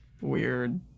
weird